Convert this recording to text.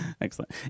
Excellent